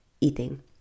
eating